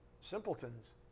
simpletons